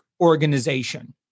organization